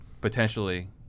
potentially